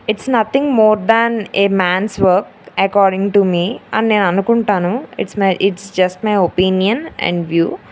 it's nothing more than a man's work according to me అని నేను అనుకుంటాను it's my it's just my opinion and view